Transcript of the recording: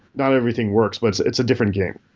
not everything works, but it's it's a different game.